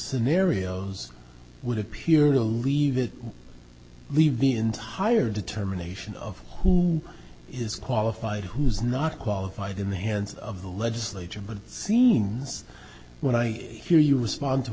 scenarios would appear to leave it leave the entire determination of who is qualified who's not qualified in the hands of the legislature but seems when i hear you respond to